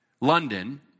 London